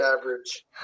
average